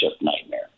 nightmare